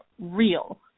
real